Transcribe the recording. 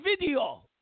video